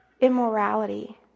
immorality